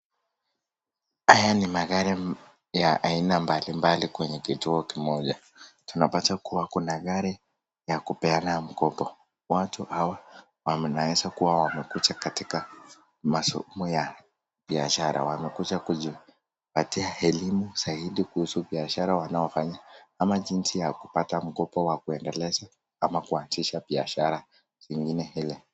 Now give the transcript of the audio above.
Haya ni magari ya aina mbali mbali kwenye kituo kimoja. Tunapata kuwa kuna gari ya kupeana mkopo, watu hawa wanaweza kuwa wamekuja katika masomo ya biashara na wamekuja kujipatia elimu zaidi kuhusu biashara wanaofanya ama jinsi ya kupata mkopo wa kuendelesha ama kuenzisha biashara ingine ile.